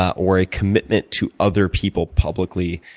or a commitment to other people publicly